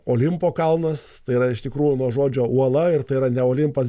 olimpo kalnas yra iš tikrųjų nuo žodžio uola ir tai yra ne olimpas